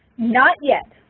not yet.